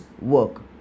work